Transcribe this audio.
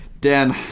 Dan